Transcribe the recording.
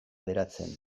beratzen